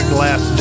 Glass